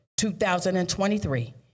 2023